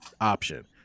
option